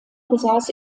besaß